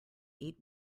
eight